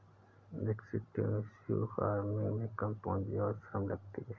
extensive farming में कम पूंजी और श्रम लगती है